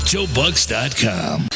JoeBucks.com